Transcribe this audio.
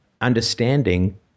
understanding